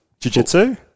jiu-jitsu